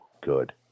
good